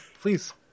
please